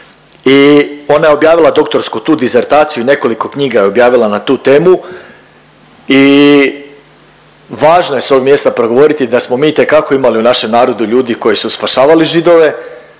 i ona je objavila doktorsku tu disertaciju i nekoliko knjiga je objavila na tu temu i važno je s ovog mjesta progovoriti da smo mi itekako imali u našem narodu ljudi koji su spašavali Židove,